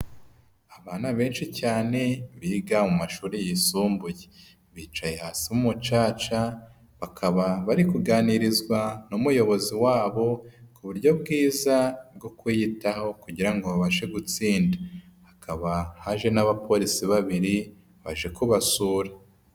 Abana benshi cyane biga mu mashuri yisumbuye, bicaye hasi mu mucaca bakaba bari kuganirizwa n'umuyobozi wabo ku buryo bwiza bwo kuyitaho kugira ngo babashe gutsinda, hakaba haje n'abapolisi babiri baje kubasura.